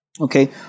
Okay